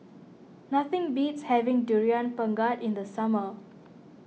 nothing beats having Durian Pengat in the summer